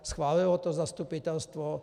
Schválilo to zastupitelstvo?